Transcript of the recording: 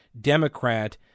Democrat